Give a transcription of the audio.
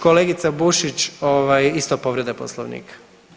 Kolegica Bušić isto povreda Poslovnika.